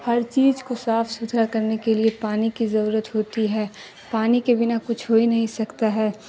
ہر چیز کو صاف ستھرا کرنے کے لیے پانی کی ضرورت ہوتی ہے پانی کے بنا کچھ ہو ہی نہیں سکتا ہے